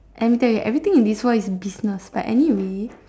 let me tell you everything in this world is business but anyway